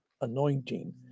anointing